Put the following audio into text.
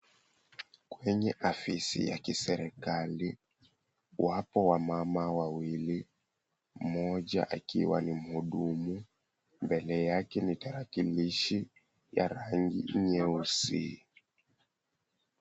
Kwenye afisi ya kiserikali, wapo wamama wawili. Mmoja akiwa ni muhudumu, mbele yake ni tarakilishu ya rangi nyeusi.